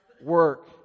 work